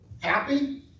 happy